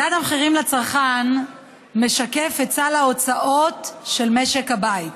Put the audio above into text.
מדד המחירים לצרכן משקף את סל ההוצאות של משק הבית.